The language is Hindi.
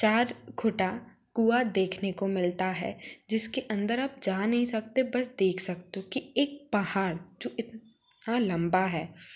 चार खूटा कुआँ देखने को मिलता है जिसके अन्दर आप जा नहीं सकते बस देख सकते हो की एक पहाड़ जो इतना लम्बा है